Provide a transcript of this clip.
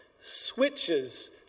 switches